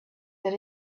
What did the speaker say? that